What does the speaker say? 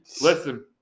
listen